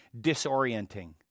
disorienting